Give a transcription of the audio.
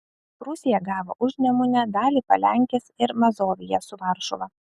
prūsija gavo užnemunę dalį palenkės ir mazoviją su varšuva